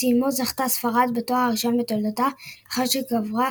ובסיומו זכתה ספרד בתואר הראשון בתולדותיה לאחר שגברה